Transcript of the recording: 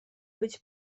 być